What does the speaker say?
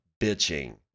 bitching